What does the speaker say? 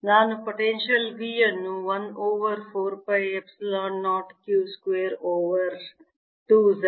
ನಾನು potential V ಅನ್ನು 1 over 4 pi epsilon 0 q square over 2 Z 0